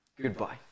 goodbye